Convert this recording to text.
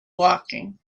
woking